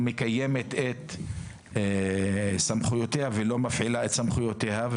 לא מקיימת את סמכויותיה ולא מפעילה את סמכויותיה,